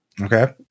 Okay